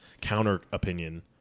counter-opinion